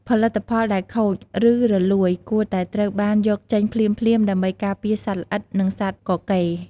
ផលិតផលដែលខូច ឬរលួយ គួរតែត្រូវបានយកចេញភ្លាមៗ ដើម្បីការពារសត្វល្អិត និងសត្វកកេរ។